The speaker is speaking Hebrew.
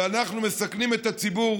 ואנחנו מסכנים את הציבור